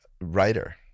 writer